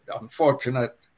unfortunate